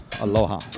aloha